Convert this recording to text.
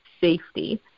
safety